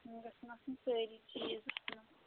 یِم گژھن آسٕنۍ سٲری چیٖز